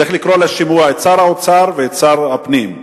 צריך לקרוא לשימוע את שר האוצר ואת שר הפנים.